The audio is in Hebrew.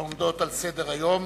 העומדות על סדר-היום.